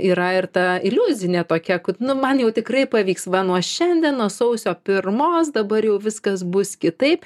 yra ir ta iliuzinė tokia kad nu man jau tikrai pavyks va nuo šiandienos sausio pirmos dabar jau viskas bus kitaip